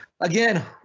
Again